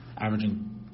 averaging